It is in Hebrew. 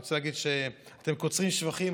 אני רוצה להגיד שאתם קוצרים שבחים,